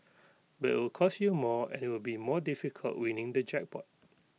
but it'll cost you more and IT will be more difficult winning the jackpot